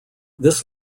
this